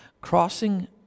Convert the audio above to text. crossing